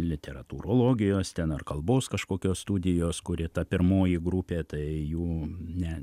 literatūrologijos ten ar kalbos kažkokios studijos kuri ta pirmoji grupė tai jų ne